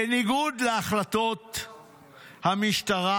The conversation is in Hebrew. בניגוד להחלטות המשטרה.